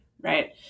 right